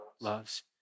loves